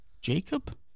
Jacob